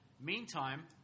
Meantime